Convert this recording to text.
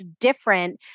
different